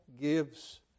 gives